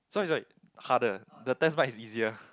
sorry sorry harder the test bike is easier